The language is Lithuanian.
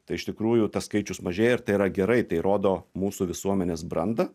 tai iš tikrųjų tas skaičius mažėja ir tai yra gerai tai rodo mūsų visuomenės brandą